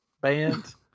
band